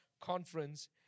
conference